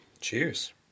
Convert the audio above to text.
Cheers